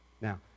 Now